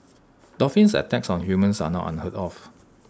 dolphins attacks on humans are not unheard of